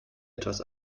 etwas